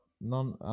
none